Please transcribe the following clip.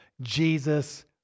Jesus